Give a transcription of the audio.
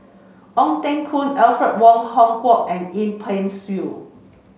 Ong Teng Koon Alfred Wong Hong Kwok and Yip Pin Xiu